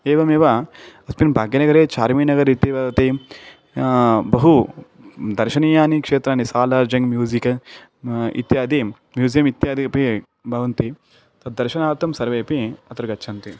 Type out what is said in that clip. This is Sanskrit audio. एवमेव अस्मिन् भाग्यनगरे चार्मिनगर् इति भवति बहु दर्शनीयानि क्षेत्राणि सालार्जङ्ग् म्यूसिक इत्यादयः म्यूसियं इत्यादयः अपि भवन्ति तद्दर्शनार्थं सर्वेऽपि अत्र गच्छन्ति